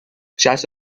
شصت